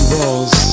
Balls